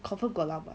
confirm got lump [one]